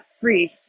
free